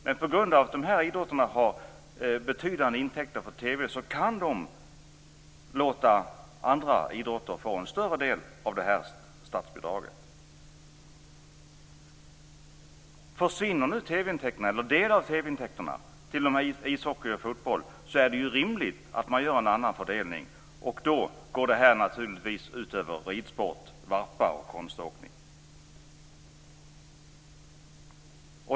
Men på grund av att dessa idrotter ger betydande intäkter för TV kan man låta andra idrotter få en större del av statsbidraget. Försvinner nu en del av TV-intäkterna från ishockey och fotboll är det rimligt att man gör en annan fördelning. Det går då naturligtvis ut över ridsport, varpa och konståkning.